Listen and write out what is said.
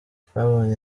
twabonye